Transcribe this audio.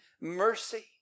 mercy